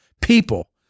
people